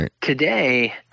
today